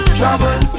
trouble